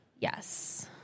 Yes